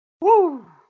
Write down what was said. Woo